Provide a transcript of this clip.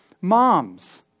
moms